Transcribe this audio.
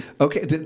okay